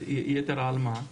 יתר על מה?